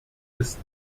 ist